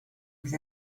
with